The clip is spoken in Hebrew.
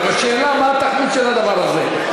השאלה מה התכלית של הדבר הזה,